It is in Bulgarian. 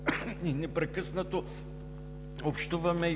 и непрекъснато общуваме,